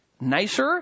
nicer